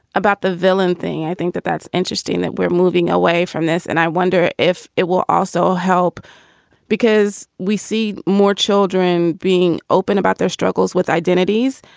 about the villain thing. i think that that's interesting that we're moving away from this. and i wonder if it will also help because we see more children being open about their struggles with identities.